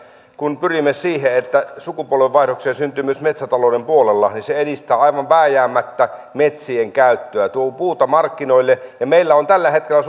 kun pyrimme siihen että sukupolvenvaihdoksia syntyy myös metsätalouden puolella niin se edistää aivan vääjäämättä metsien käyttöä tuo puuta markkinoille meillä on tällä hetkellä